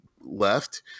left